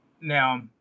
now